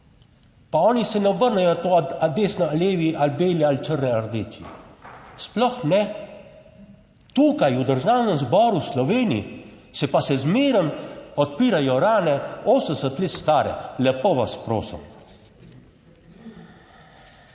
pa oni se ne obrnejo na to ali desni, levi ali beli ali črnordeči sploh ne, tukaj v Državnem zboru v Sloveniji se pa še zmeraj odpirajo rane 80 let stare. Lepo vas prosim.